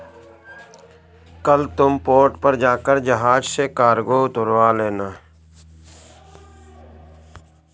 कल तुम पोर्ट पर जाकर जहाज से कार्गो उतरवा लेना